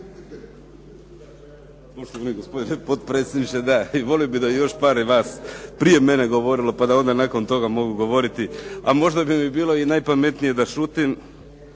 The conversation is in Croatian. možda bi mi bilo i najpametnije da šutim,